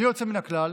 בלי יוצא מן הכלל,